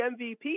MVP